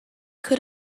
could